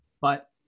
but-